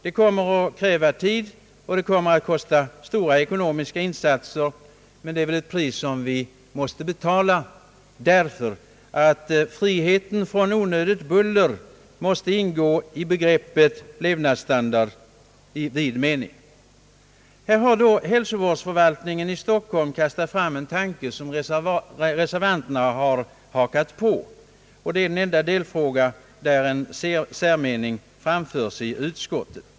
Detta kommer att kräva tid och stora ekonomiska insatser, men vi måste betala priset — frihet från onödigt buller måste tillhöra begreppet god levnadsstandard i vid mening. Hälsovårdsförvaltningen i Stockholm har kastat fram en tanke som reservanterna hakat på — det är den enda delfråga där en särmening framförts i utskottet.